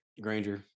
Granger